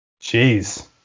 Jeez